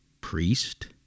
PRIEST